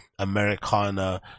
Americana